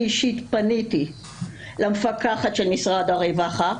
אני אישית פניתי למפקחת של משרד הרווחה,